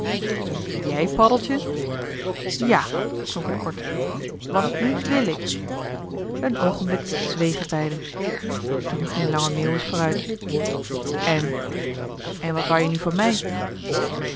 jij paddeltje ja klonk het kort want nu wil ik een oogenblik zwegen beiden toen ging lange meeuwis voort en en wat wou je nu van mij